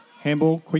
Handball